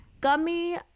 gummy